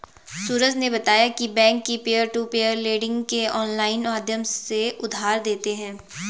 सूरज ने बताया की बैंक भी पियर टू पियर लेडिंग के ऑनलाइन माध्यम से उधार देते हैं